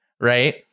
right